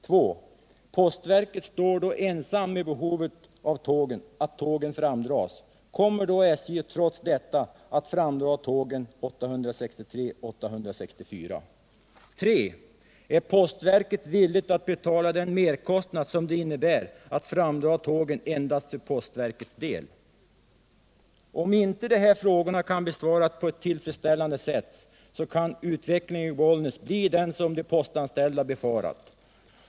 2. Postverket står då ensamt med behovet att tågen framdras. Kommer SJ trots detta att framdra tåg 863-864? 3, Är postverket villigt att betala den merkostnad som det innebär att framdra tågen endast för postverkets del? Om inte de här frågorna kan besvaras på ett tillfredsställande sätt kan utvecklingen i Bollnäs bli den som de postanställda befarat.